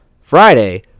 Friday